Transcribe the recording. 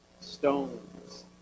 stones